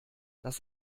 das